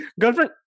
Girlfriend